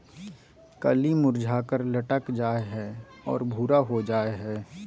कली मुरझाकर लटक जा हइ और भूरा हो जा हइ